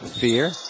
Fear